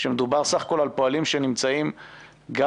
כשמדובר בסך הכול בפועלים שנמצאים גם